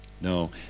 No